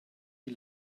die